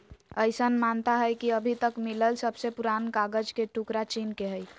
अईसन मानता हई कि अभी तक मिलल सबसे पुरान कागज के टुकरा चीन के हई